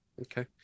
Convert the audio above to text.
okay